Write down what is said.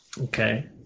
okay